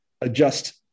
adjust